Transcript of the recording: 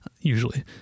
usually